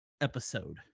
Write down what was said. episode